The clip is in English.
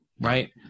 Right